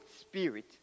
Spirit